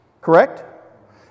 correct